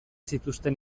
zituzten